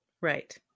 Right